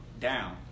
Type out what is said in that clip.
down